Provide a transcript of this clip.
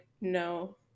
no